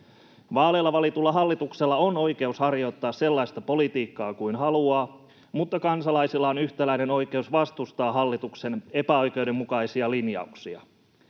Vaaleilla valitulla hallituksella on oikeus harjoittaa sellaista politiikkaa kuin haluaa, mutta kansalaisilla on yhtäläinen oikeus vastustaa hallituksen epäoikeudenmukaisia linjauksia.